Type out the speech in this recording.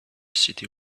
city